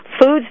foods